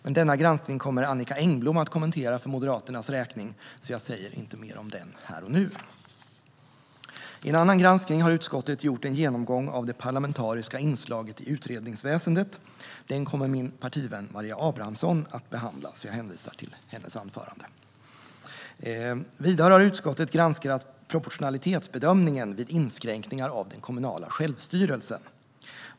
Denna granskning kommer Annicka Engblom att kommentera för Moderaternas räkning, så jag säger inte mer om den här och nu. I en annan granskning har utskottet gjort en genomgång av det parlamentariska inslaget i utredningsväsendet. Den kommer min partivän Maria Abrahamsson att behandla, så jag hänvisar till hennes anförande. Vidare har utskottet granskat proportionalitetsbedömningen vid inskränkningar av den kommunala självstyrelsen.